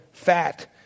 fat